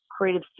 creative